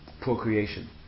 procreation